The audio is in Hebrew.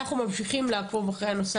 אנחנו ממשיכים לעקוב אחרי הנושא,